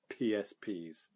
PSPs